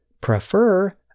prefer